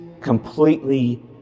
completely